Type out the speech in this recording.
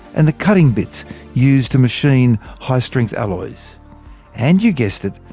and the cutting bits used to machine high-strength alloys and you guessed it,